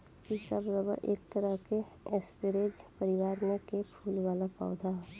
इ सब रबर एक तरह के स्परेज परिवार में के फूल वाला पौधा ह